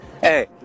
hey